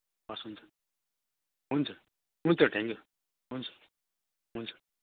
हवस् हुन्छ हुन्छ थ्याङ्क यू हुन्छ हुन्छ